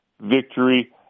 victory